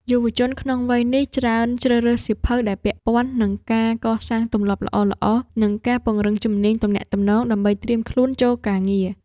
យុវជនក្នុងវ័យនេះ ច្រើនជ្រើសរើសសៀវភៅដែលពាក់ព័ន្ធនឹងការកសាងទម្លាប់ល្អៗ និងការពង្រឹងជំនាញទំនាក់ទំនងដើម្បីត្រៀមខ្លួនចូលការងារ។